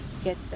get